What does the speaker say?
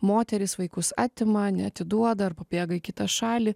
moterys vaikus atima neatiduoda ar pabėga į kitą šalį